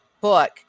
book